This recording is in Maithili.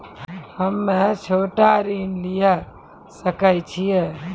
हम्मे छोटा ऋण लिये सकय छियै?